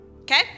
okay